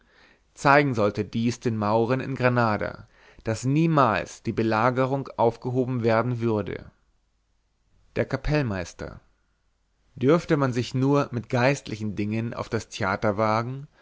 zeigen sollte dies den mauren in granada daß niemals die belagerung aufgehoben werden würde der kapellmeister dürfte man sich nur mit geistlichen dingen auf das theater wagen